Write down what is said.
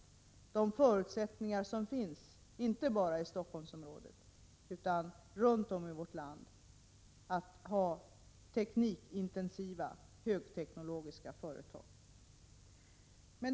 Jag nämnde de förutsättningar som finns att driva teknikintensiva högteknologiska företag inte bara i Stockholmsområdet utan runt om i vårt land.